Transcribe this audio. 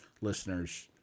listeners